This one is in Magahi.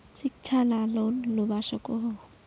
शिक्षा ला लोन लुबा सकोहो?